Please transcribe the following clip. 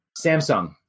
Samsung